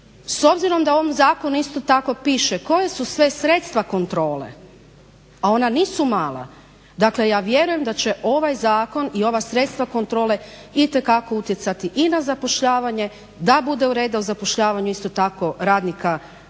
S obzirom da u ovom zakonu isto tako piše koja su sve sredstva kontrole, a ona nisu mala, dakle ja vjerujem da će ovaj zakon i ova sredstva kontrole itekako utjecati i na zapošljavanje da bude u redovnom zapošljavanju isto tako radnika na